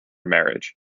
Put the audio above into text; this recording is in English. marriage